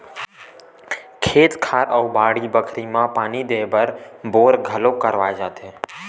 खेत खार अउ बाड़ी बखरी म पानी देय बर बोर घलोक करवाए जाथे